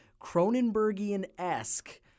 Cronenbergian-esque